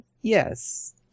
yes